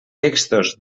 textos